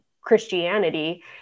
Christianity